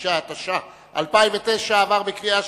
66), התש"ע 2009, נתקבל.